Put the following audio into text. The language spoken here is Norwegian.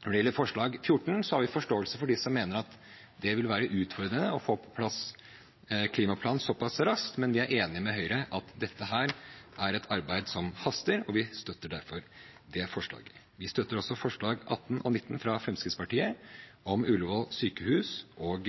Når det gjelder forslag nr. 14, har vi forståelse for dem som mener at det vil være utfordrende å få på plass klimaplanen såpass raskt, men vi er enig med Høyre i at dette er et arbeid som haster, og vi støtter derfor det forslaget. Vi støtter også forslagene nr. 18 og 19, fra Fremskrittspartiet, om Ullevål sykehus og